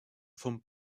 vom